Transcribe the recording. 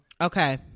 Okay